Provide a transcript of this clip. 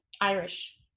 Irish